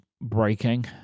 breaking